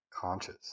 conscious